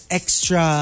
extra